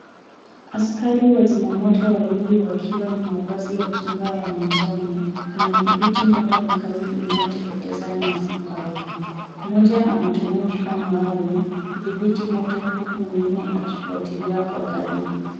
Askari wazima moto wawili wakiwa na mavazi ya kinga ya manjano, wanadhibiti moto mkali unaoteketeza nyasi kavu. Mmoja anatumia kifaa maalum kuthibiti moto huku mwingine akifuatilia kwa karibu.